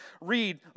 read